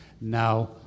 Now